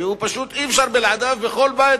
שפשוט אי-אפשר בלעדיו בכל בית,